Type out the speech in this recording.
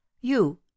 You